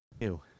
Ew